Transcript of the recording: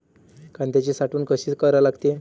कांद्याची साठवन कसी करा लागते?